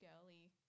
girly